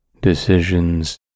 decisions